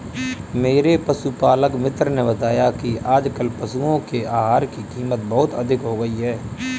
मेरे पशुपालक मित्र ने बताया कि आजकल पशुओं के आहार की कीमत बहुत अधिक हो गई है